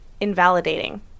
invalidating